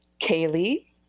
Kaylee